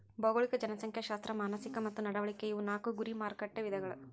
ಭೌಗೋಳಿಕ ಜನಸಂಖ್ಯಾಶಾಸ್ತ್ರ ಮಾನಸಿಕ ಮತ್ತ ನಡವಳಿಕೆ ಇವು ನಾಕು ಗುರಿ ಮಾರಕಟ್ಟೆ ವಿಧಗಳ